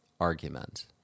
argument